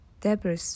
Debris